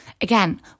again